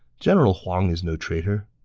general huang is no traitor.